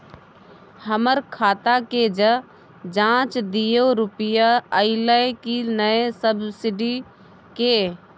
हमर खाता के ज जॉंच दियो रुपिया अइलै की नय सब्सिडी के?